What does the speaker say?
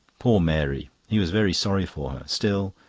poor mary! he was very sorry for her. still,